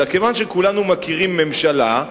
אלא כיוון שכולנו מכירים ממשלה,